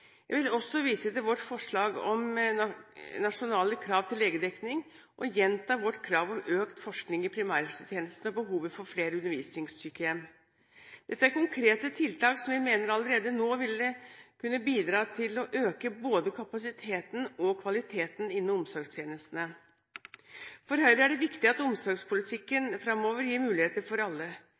Jeg vil også vise til vårt forslag om nasjonale krav til legedekning og gjenta vårt krav om økt forskning i primærhelsetjenesten og behovet for flere undervisningssykehjem. Dette er konkrete tiltak som vi mener allerede nå ville kunne bidra til å øke både kapasiteten og kvaliteten innen omsorgstjenestene. For Høyre er det viktig at omsorgspolitikken fremover gir muligheter for alle.